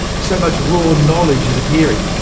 so much raw knowledge is appearing.